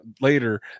later